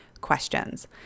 questions